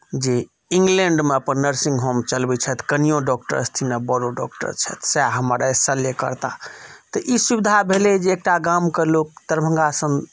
जे इंग्लैंड मे अपन नर्सिंग होम चलबै छथि कनियो डॉक्टर छथिन आ बऽरो डॉक्टर छथि सएह हमर आइ शल्य करता तऽ ई सुविधा भेलै जे एकटा गामके लोक दरभंगा सबमे